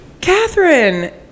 Catherine